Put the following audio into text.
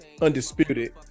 Undisputed